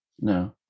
No